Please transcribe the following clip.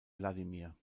wladimir